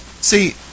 See